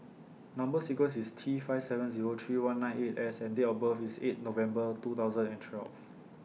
Number sequence IS T five seven Zero three one nine eight S and Date of birth IS eight November two thousand and twelve